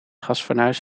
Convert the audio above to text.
gasfornuis